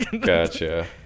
Gotcha